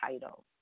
title